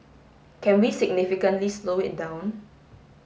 can we significantly slow it down